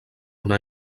una